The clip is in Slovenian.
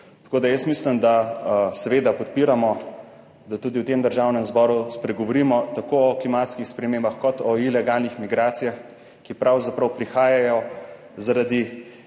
Tako da jaz mislim, da seveda podpiramo, da tudi v tem Državnem zboru spregovorimo tako o klimatskih spremembah kot o ilegalnih migracijah, ki pravzaprav prihajajo zaradi